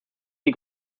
die